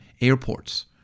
airports